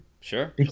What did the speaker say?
sure